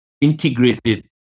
integrated